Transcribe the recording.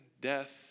death